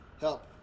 Help